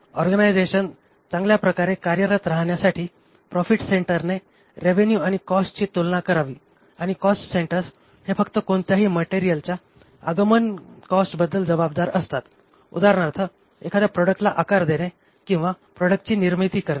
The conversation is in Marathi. ऑर्गनायझेशन चांगल्या प्रकारे कार्यरत राहण्यासाठी प्रॉफिट सेंटरने रेवेन्यु आणि कॉस्टची तुलना करावी आणि कॉस्ट सेन्टर्स हे फक्त कोणत्याही मटेरियलच्या आगमन कॉस्टबद्दल जबाबदार असतात उदाहरणार्थ एखाद्या प्रोडक्टला आकार देणे किंवा प्रोडक्टची निर्मिती करणे